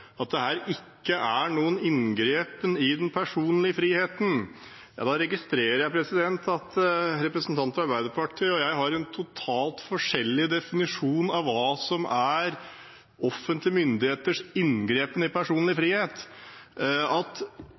noen kommentarer her, bl.a. fra Freddy de Ruiter, på at dette ikke er noen inngripen i den personlige friheten. Da registrerer jeg at representanten fra Arbeiderpartiet og jeg har en totalt forskjellig definisjon av hva som er offentlige myndigheters inngripen i personlig frihet. At